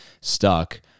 stuck